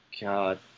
God